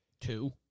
Two